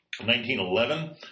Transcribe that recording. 1911